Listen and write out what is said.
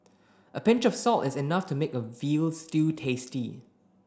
a pinch of salt is enough to make a veal stew tasty